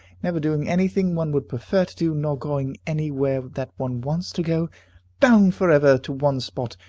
never doing any thing one would prefer to do, nor going anywhere that one wants to go bound for ever to one spot,